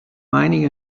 mining